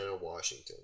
Washington